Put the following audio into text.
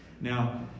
Now